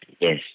Yes